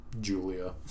Julia